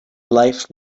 life